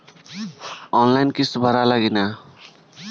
Online किस्त भराला कि ना?